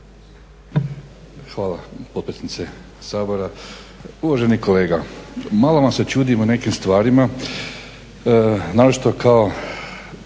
Hvala potpredsjednice Sabora. Uvaženi kolega, malo vam se čudim u nekim stvarima, naročito kao